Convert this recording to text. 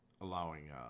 allowing